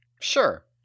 Sure